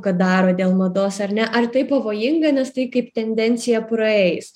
kad daro dėl mados ar ne ar tai pavojinga nes tai kai tendencija praeis